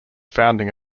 founding